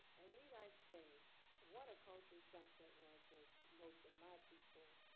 and need i say what a culture shock that was for most of my people.